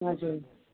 हजुर